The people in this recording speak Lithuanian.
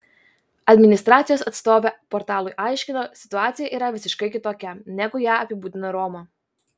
administracijos atstovė portalui aiškino situacija yra visiškai kitokia negu ją apibūdina roma